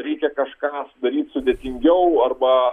reikia kažką daryt sudėtingiau arba